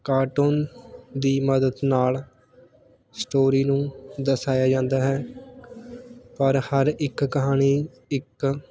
cartoon ਦੀ ਮਦਦ ਨਾਲ ਸਟੋਰੀ ਨੂੰ ਦਰਸਾਇਆ ਜਾਂਦਾ ਹੈ ਪਰ ਹਰ ਇੱਕ ਕਹਾਣੀ ਇੱਕ